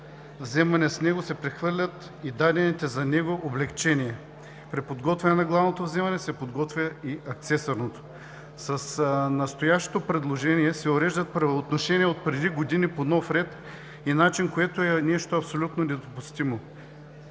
вземане се прехвърлят и дадените за него облекчения. При подготвяне на главното вземане се подготвя и акцесорното. С настоящото предложение се уреждат правоотношения отпреди години по нов ред и начин, което е нещо абсолютно недопустимо.